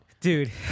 Dude